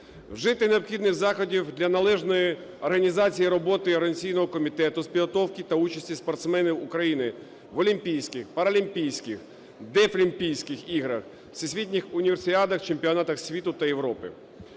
вжити необхідних заходів для належної організації роботи організаційного комітету з підготовки та участі спортсменів України в Олімпійських, Паралімпійських, Дефлімпійських іграх, всесвітніх універсіадах, чемпіонатах світу та Європи;